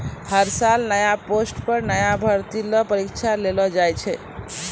हर साल नया पोस्ट पर नया भर्ती ल परीक्षा लेलो जाय छै